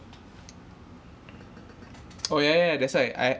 oh ya ya ya that's why I